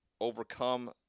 overcome